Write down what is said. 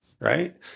right